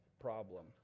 problem